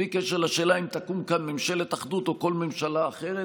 בלי קשר לשאלה אם תקום כאן ממשלת אחדות או כל ממשלה אחרת,